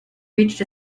reached